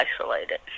isolated